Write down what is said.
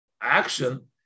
action